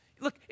Look